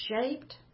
shaped